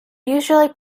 usually